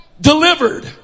delivered